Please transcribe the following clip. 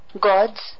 Gods